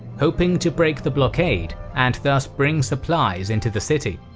hoping to break the blockade and thus bring supplies into the city.